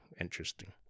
interesting